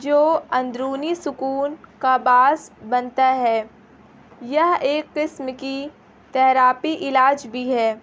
جو اندرونی سکون کا باعث بنتا ہے یہ ایک قسم کی تیرپی علاج بھی ہے